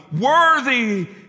Worthy